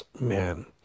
man